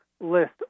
list